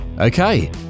Okay